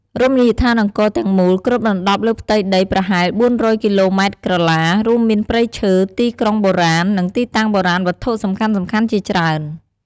រមណីយដ្ឋានអង្គរទាំងមូលគ្របដណ្តប់លើផ្ទៃដីប្រហែល ៤០០ គីឡូម៉ែត្រក្រឡា រួមមានព្រៃឈើ ទីក្រុងបុរាណ និងទីតាំងបុរាណវត្ថុសំខាន់ៗជាច្រើន។